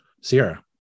Sierra